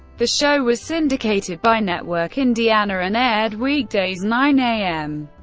the show was syndicated by network indiana and aired weekdays nine a m.